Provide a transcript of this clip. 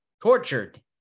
tortured